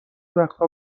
وقتها